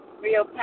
real